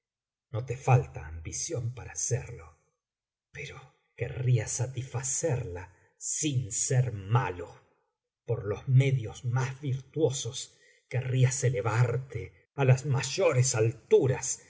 no te falta ambición para serlo pero querrías satisfacerla sin ser malo por los medios más virtuosos querrías elevarte á las mayores alturas